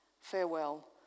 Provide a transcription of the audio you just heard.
farewell